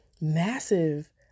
massive